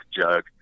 jug